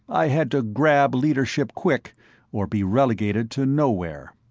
i had to grab leadership quick or be relegated to nowhere.